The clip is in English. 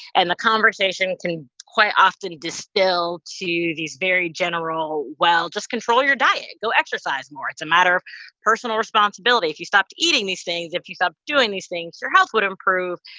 and the conversation can quite often distill to these very general, well, just control your diet. go exercise more. it's a matter of personal responsibility. if you stopped eating these things, if you stopped doing these things, your health would improve,